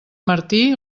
martí